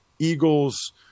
Eagles